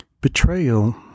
Betrayal